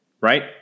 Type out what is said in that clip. right